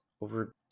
over